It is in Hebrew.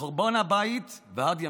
מחורבן הבית ועד ימינו,